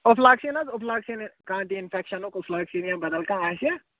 ofloxacin حظ ofloxacin کانٛہہ تہِ اِنفیکشنُک اوٚفلاکسِن یا بَدَل کانٛہہ آسہِ